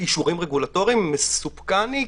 מסופקני.